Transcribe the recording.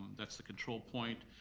that's the control point.